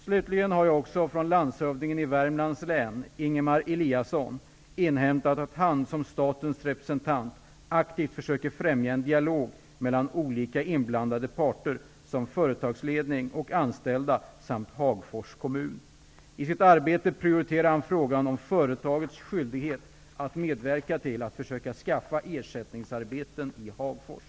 Slutligen har jag också från landshövdingen i Värmlands län, Ingemar Eliasson, inhämtat att han som statens representant aktivt försöker främja en dialog mellan olika inblandade parter såsom företagsledning och anställda samt Hagfors kommun. I sitt arbete prioriterar han frågan om företagets skyldighet att medverka till att försöka skaffa ersättningsarbeten i Hagfors.